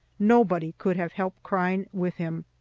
nobody could have helped crying with him!